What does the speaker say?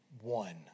one